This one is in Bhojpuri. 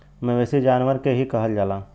मवेसी जानवर के ही कहल जाला